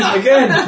again